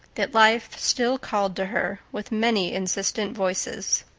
that life still called to her with many insistent voices.